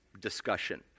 discussion